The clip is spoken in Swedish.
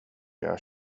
jag